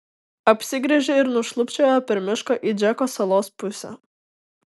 apsigręžė ir nušlubčiojo per mišką į džeko salos pusę